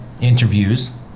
Interviews